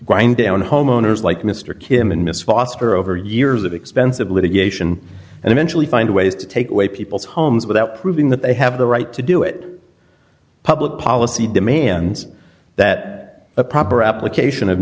grind down homeowners like mr kim and miss foster over years of expensive litigation and eventually find ways to take away people's homes without proving that they have the right to do it public policy demands that a proper application of